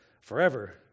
forever